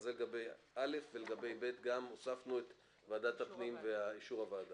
למען ההגינות